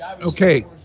okay